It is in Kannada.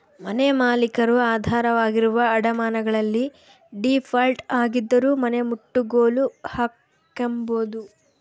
ಮನೆಮಾಲೀಕರು ಆಧಾರವಾಗಿರುವ ಅಡಮಾನಗಳಲ್ಲಿ ಡೀಫಾಲ್ಟ್ ಆಗಿದ್ದರೂ ಮನೆನಮುಟ್ಟುಗೋಲು ಹಾಕ್ಕೆಂಬೋದು